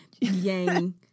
Yang